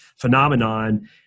phenomenon